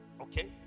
Okay